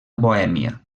bohèmia